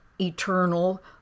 eternal